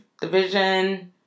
Division